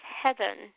heaven